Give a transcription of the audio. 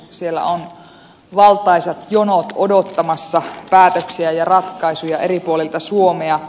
siellä on valtaisat jonot odottamassa päätöksiä ja ratkaisuja eri puolille suomea